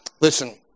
listen